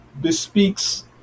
bespeaks